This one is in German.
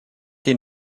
den